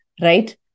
right